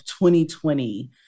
2020